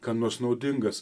kam nors naudingas